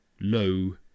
low